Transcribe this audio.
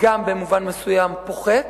במובן מסוים פוחת,